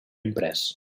imprès